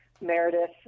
Meredith